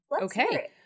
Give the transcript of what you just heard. Okay